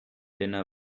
dinner